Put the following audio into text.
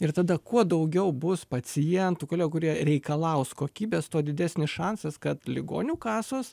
ir tada kuo daugiau bus pacientų kolegų kurie reikalaus kokybės tuo didesnis šansas kad ligonių kasos